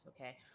okay